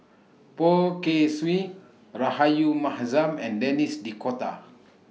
Poh Kay Swee Rahayu Mahzam and Denis D'Cotta